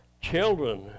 Children